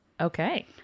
Okay